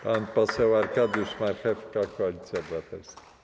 Pan poseł Arkadiusz Marchewka, Koalicja Obywatelska.